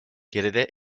geride